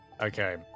Okay